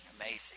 amazing